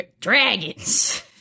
Dragons